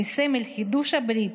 כסמל לחידוש הברית,